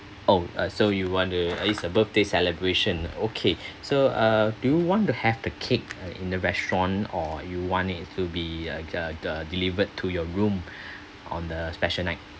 oh uh so you want to is a birthday celebration okay so uh do you want to have the cake uh in the restaurant or you want it to be uh uh uh delivered to your room on the special night